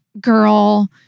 girl